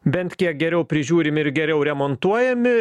bent kiek geriau prižiūrimi ir geriau remontuojami